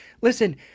Listen